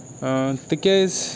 تِکیازِ